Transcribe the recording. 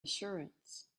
assurance